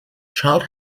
child